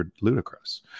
ludicrous